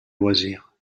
loisir